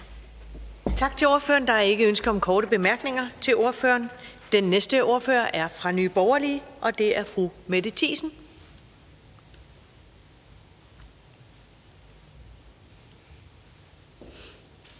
Tak til ordføreren. Der er ikke ønske om korte bemærkninger til ordføreren. Den næste ordfører er fra Nye Borgerlige, og det er fru Mette Thiesen.